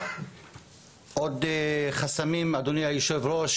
עוד חסמים אדוני היו"ר,